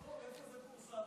יעקב, איפה פורסם הדבר הזה?